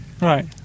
right